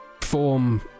form